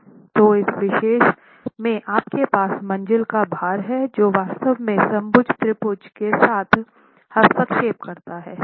तो इस विशेष में आपके पास मंज़िल का भार है जो वास्तव में समबाहु त्रिभुज के साथ हस्तक्षेप करता है